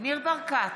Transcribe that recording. ניר ברקת,